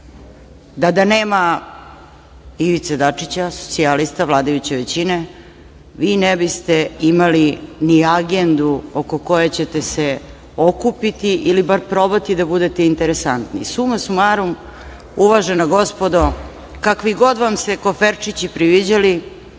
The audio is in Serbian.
da nema Ivice Dačića, socijalista, vladajuće većine vi ne biste imali ni agendu oko koje ćete se okupiti ili bar probati da budete interesantni. Suma sumarum, uvažena gospodo, kakvi god vam se koferčići predviđali,